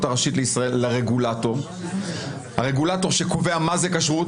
הראשית לרגולטור שקובע מה היא כשרות,